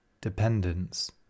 Dependence